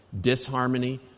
Disharmony